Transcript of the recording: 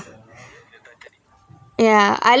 ya I like